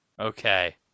Okay